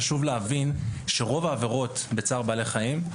חשוב להבין שרוב העבירות בצער בעלי חיים,